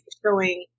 showing